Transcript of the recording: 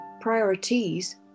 Priorities